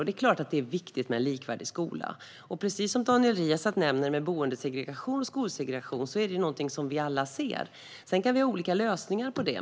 Det är klart att det är viktigt med en likvärdig skola. Som Daniel Riazat nämnde är boendesegregation och skolsegregation något som vi alla ser men som vi sedan kan ha olika lösningar på.